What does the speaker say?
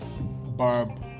barb